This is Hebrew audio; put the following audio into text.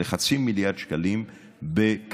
חצי מיליארד שקלים בקדנציה.